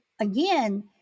again